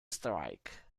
strike